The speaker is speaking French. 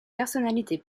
personnalité